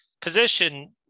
position